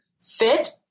fit